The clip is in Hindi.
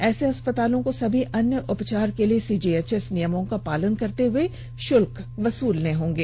ऐसे अस्पतालों को सभी अन्य उपचार के लिए सीजीएचएस नियमों का पालन करते हुए शुल्क वसूलने होंगे